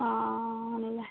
ആ ആ ആണല്ലേ